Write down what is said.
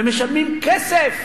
ומשלמים כסף